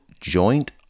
joint